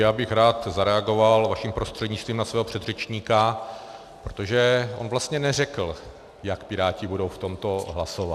Já bych rád zareagoval vaším prostřednictvím na svého předřečníka, protože on vlastně neřekl, jak Piráti budou v tomto hlasovat.